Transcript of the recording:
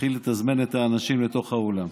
להתחיל לתזמן את האנשים לתוך האולם.